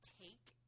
take